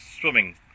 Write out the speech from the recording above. swimming